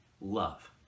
love